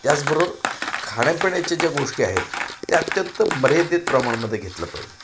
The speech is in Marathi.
त्याचबरोबर खाण्यापिण्याच्या ज्या गोष्टी आहेत त्या अत्यंत मर्यादित प्रमाणामध्ये घेतले पाहिजेत